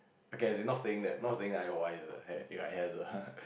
okay as in not saying that not saying I wiser it has a